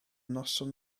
noson